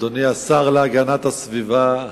אדוני השר להגנת הסביבה,